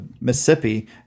Mississippi –